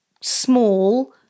small